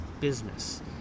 business